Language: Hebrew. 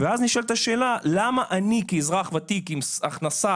ואז נשאלת השאלה למה אני כאזרח ותיק עם הכנסה